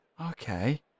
okay